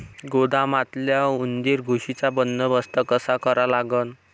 गोदामातल्या उंदीर, घुशीचा बंदोबस्त कसा करा लागन?